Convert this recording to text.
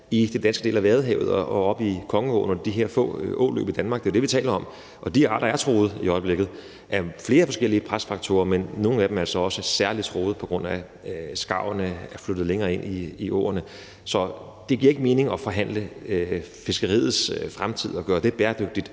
i den danske del af Vadehavet og oppe i Kongeåen og de her få åløb i Danmark. Det er det, vi taler om. De arter er truet i øjeblikket af flere forskellige presfaktorer, men nogle af dem er så også særlig truet, på grund af at skarverne er flyttet længere ind i åerne. Så det giver ikke mening at forhandle fiskeriets fremtid og gøre det bæredygtigt,